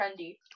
trendy